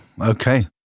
Okay